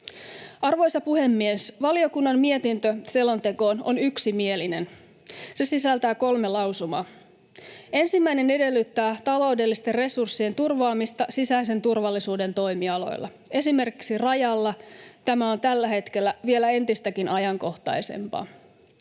Arvoisa puhemies! Valiokunnan mietintö selontekoon on yksimielinen. Se sisältää kolme lausumaa. Ensimmäinen edellyttää taloudellisten resurssien turvaamista sisäisen turvallisuuden toimialoilla. Esimerkiksi Rajalla tämä on tällä hetkellä vielä entistäkin ajankohtaisempaa.